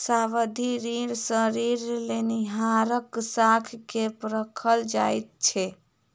सावधि ऋण सॅ ऋण लेनिहारक साख के परखल जाइत छै